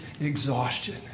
exhaustion